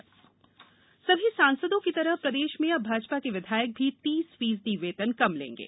Shivraj appeal सभी सांसदों की तरह प्रदेश में अब भाजपा के विधायक भी तीस फीसदी वेतन कम लेगे